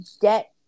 get